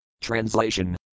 Translation